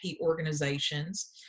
organizations